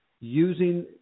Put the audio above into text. using